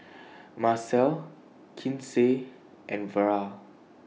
Macel Kinsey and Vera